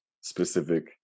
specific